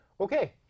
Okay